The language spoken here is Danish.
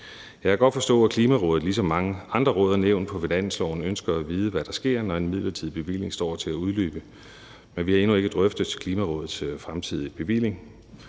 Jeg kan godt forstå, at Klimarådet ligesom mange andre råd og nævn på finansloven ønsker at vide, hvad der sker, når en midlertidig bevilling står til at udløbe. Men vi har endnu ikke drøftet Klimarådets fremtidige bevilling.